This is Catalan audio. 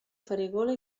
farigola